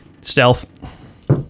stealth